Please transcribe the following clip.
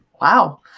Wow